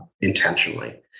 intentionally